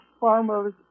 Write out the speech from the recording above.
farmers